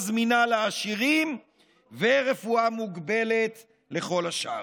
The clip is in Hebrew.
זמינה לעשירים ורפואה מוגבלת לכל השאר.